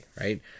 right